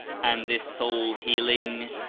and this soul-healing,